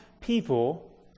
people